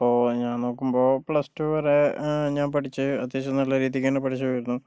ഇപ്പോൾ ഞാൻ നോക്കുമ്പോൾ പ്ലസ് ടു വരെ ഞാൻ പഠിച്ചത് അത്യാവശ്യം നല്ല രീതിക്ക് തന്നെ പഠിച്ചു പോയിരുന്നു